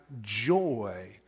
joy